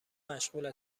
مشغول